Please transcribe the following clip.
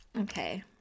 Okay